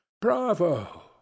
Bravo